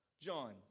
John